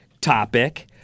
topic